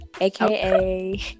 aka